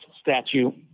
statute